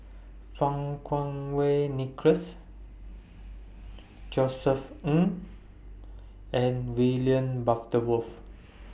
Fang Kuo Wei Nicholas Josef Ng and William Worth